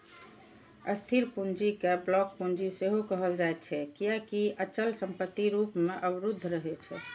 स्थिर पूंजी कें ब्लॉक पूंजी सेहो कहल जाइ छै, कियैकि ई अचल संपत्ति रूप मे अवरुद्ध रहै छै